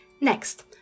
Next